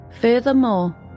Furthermore